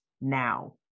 now